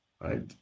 right